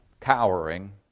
cowering